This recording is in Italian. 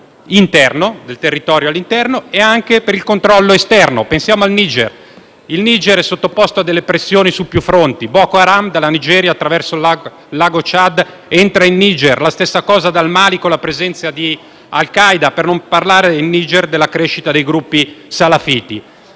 del territorio interno e anche esterno. Pensiamo al Niger, che è sottoposto a delle pressioni su più fronti: Boko Haram, dalla Nigeria, attraverso il lago Ciad, entra in Niger, la stessa cosa dal Mali con la presenza di Al Qaeda, per non parlare della crescita dei gruppi salafiti